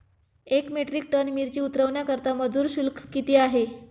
एक metric ton मिरची उतरवण्याकरता मजूर शुल्क किती आहे?